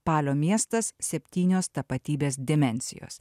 palio miestas septynios tapatybės dimensijos